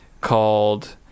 called